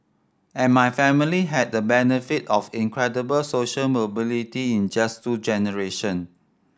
and my family had the benefit of incredible social mobility in just two generation